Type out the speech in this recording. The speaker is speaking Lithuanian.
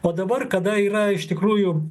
o dabar kada yra iš tikrųjų